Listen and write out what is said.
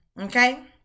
Okay